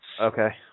Okay